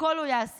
הכול הוא יעשה,